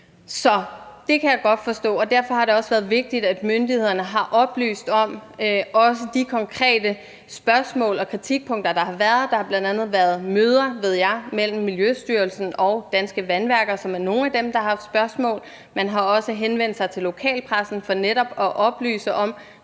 det kan jeg godt forstå. Derfor har det også været vigtigt, at myndighederne har oplyst om også de konkrete spørgsmål og kritikpunkter, der har været – der har bl.a. været møder, ved jeg, mellem Miljøstyrelsen og Danske Vandværker, som er nogle af dem, der har haft spørgsmål, og man har også henvendt sig til lokalpressen for netop at oplyse om